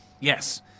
Yes